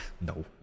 No